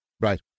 right